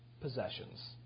possessions